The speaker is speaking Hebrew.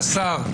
השר,